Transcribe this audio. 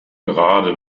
gerade